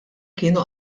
kienu